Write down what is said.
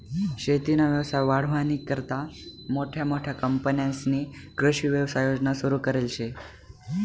शेतीना व्यवसाय वाढावानीकरता मोठमोठ्या कंपन्यांस्नी कृषी व्यवसाय योजना सुरु करेल शे